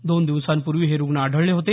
दोन दिवसांपूर्वी हे रुग्ण आढळले होते